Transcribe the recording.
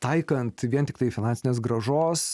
taikant vien tiktai finansinės grąžos